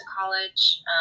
college